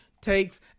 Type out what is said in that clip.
takes